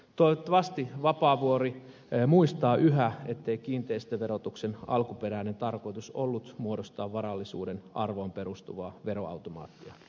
toivottavasti vapaavuori muistaa yhä ettei kiinteistöverotuksen alkuperäinen tarkoitus ollut muodostaa varallisuuden arvoon perustuvaa veroautomaattia